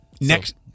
Next